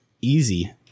easy